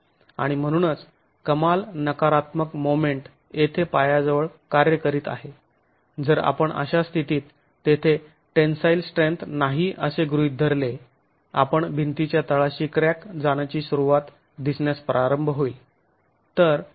आणि म्हणूनच कमाल नकारात्मक मोमेंट येथे पायाजवळ कार्य करीत आहे जर आपण अशा स्थितीत तेथे टेंन्साईल स्ट्रेंथ नाही असे गृहीत धरले आपण भिंतीच्या तळाशी क्रॅक जाण्याची सुरुवात दिसण्यास प्रारंभ होईल